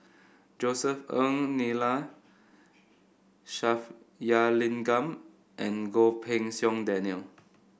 Josef Ng Neila Sathyalingam and Goh Pei Siong Daniel